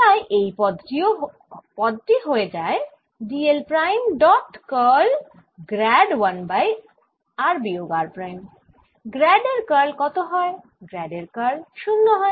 তাই এই পদ টি হয়ে গেল d l prime dot curl grad 1 by r বিয়োগ r প্রাইম গ্র্যাড এর কার্ল কত হয় গ্র্যাড এর কার্ল 0 হয়